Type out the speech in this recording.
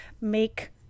make